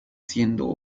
siendo